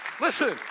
Listen